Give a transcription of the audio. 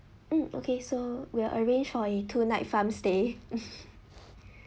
mm okay so we'll arrange for a two night farm stay